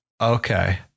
Okay